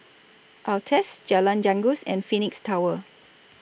Altez Jalan Janggus and Phoenix Tower